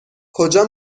کجا